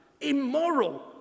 immoral